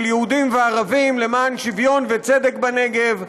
יהודים וערבים למען שוויון וצדק בנגב,